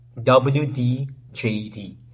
WDJD